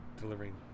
delivering